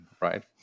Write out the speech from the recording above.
Right